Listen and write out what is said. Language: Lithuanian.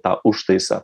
tą užtaisą